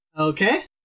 Okay